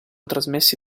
trasmessi